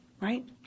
Right